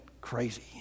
crazy